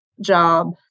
job